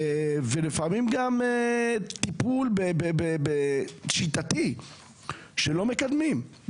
לפעמים גם טיפול שיטתי שלא מקדמים,